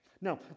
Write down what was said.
Now